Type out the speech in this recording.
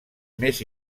més